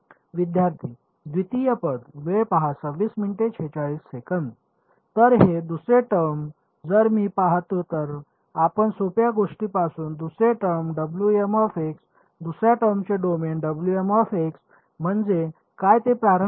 विद्यार्थी द्वितीय पद तर हे दुसरे टर्म जर मी पाहतो तर आपण सोप्या गोष्टीपासून दुसरे टर्म दुसर्या टर्मचे डोमेन म्हणजे काय ते प्रारंभ करूया